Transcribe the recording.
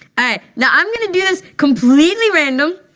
ah now i'm going to do this completely random,